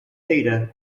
theta